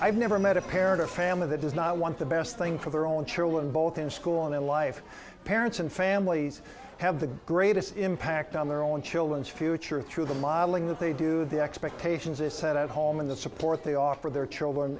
i've never met a parrot a family that does not want the best thing for their own chair when both their school their life parents and families have the greatest impact on their own children's future through the modeling that they do the expectations they set out home and the support they offer their children